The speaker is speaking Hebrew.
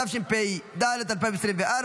התשפ"ד 2024,